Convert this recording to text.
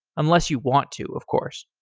unless you want to, of course.